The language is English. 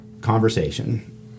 conversation